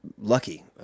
lucky